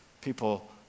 people